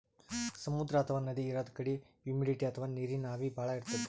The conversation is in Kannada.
ಸಮುದ್ರ ಅಥವಾ ನದಿ ಇರದ್ ಕಡಿ ಹುಮಿಡಿಟಿ ಅಥವಾ ನೀರಿನ್ ಆವಿ ಭಾಳ್ ಇರ್ತದ್